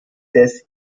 des